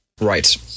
Right